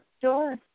Sure